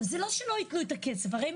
זה לא שלא יתנו את הכסף,